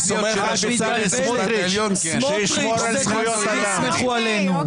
אני סומך על שופטי בית המשפט העליון --- סמוטריץ' זה "תסמכו עלינו".